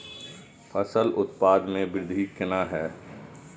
फसल उत्पादन में वृद्धि केना हैं?